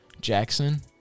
Jackson